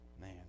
Man